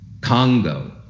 Congo